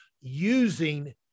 using